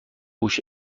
هوش